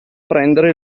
prendere